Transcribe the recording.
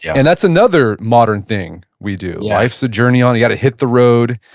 and that's another modern thing we do. life's a journey on. you got to hit the road.